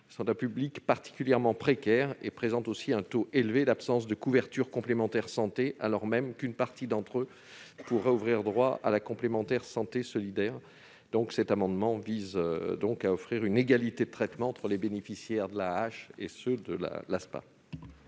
sont un public particulièrement précaire et présentent un taux élevé d'absence de couverture par une complémentaire santé, alors même qu'une partie d'entre eux pourrait avoir droit à la complémentaire santé solidaire. Cet amendement vise donc à offrir une égalité de traitement entre les bénéficiaires de l'AAH et ceux de l'ASPA.